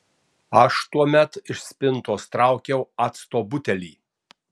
aš tuomet iš spintos traukiau acto butelį